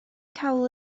cawl